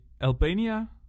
Albania